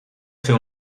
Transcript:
fer